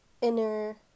inner